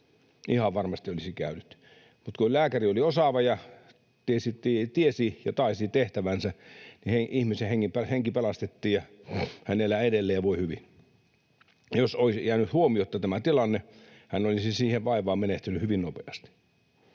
ihan varmasti olisi käynyt, mutta kun lääkäri oli osaava ja tiesi ja taisi tehtävänsä, niin ihmisen henki pelastettiin ja hän elää edelleen ja voi hyvin. Jos olisi jäänyt huomiotta tämä tilanne, hän olisi siihen vaivaan menehtynyt hyvin nopeasti.